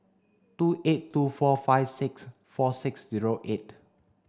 two eight two four five six four six zero eight